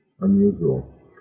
unusual